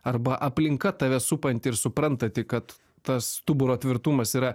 arba aplinka tave supanti ir suprantanti kad tas stuburo tvirtumas yra